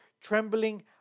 trembling